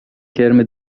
کرم